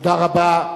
תודה רבה.